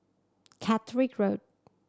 Catterick Road